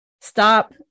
Stop